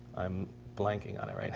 i'm blanking on it right